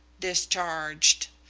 discharged,